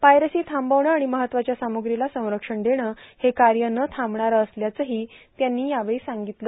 piracy थांबविणे आणि महत्वाच्या सामुग्रीला संरक्षण देणं हे कार्य न थांबणारं असल्याचंही त्यांनी यावेळी सांगितलं